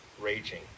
raging